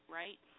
right